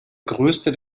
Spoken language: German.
größte